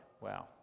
Wow